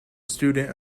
student